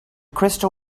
crystal